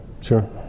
sure